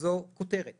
זו כותרת